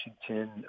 Washington